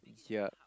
yea